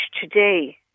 today